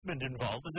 involved